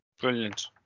Brilliant